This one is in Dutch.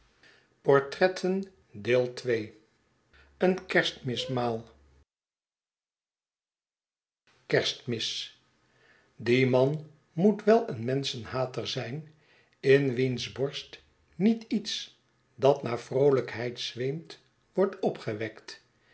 kerstmisl die man moet wel een menschenhater zijn in wiens borst niet iets dat naar vroolijkheid zweemt wordt opgewekt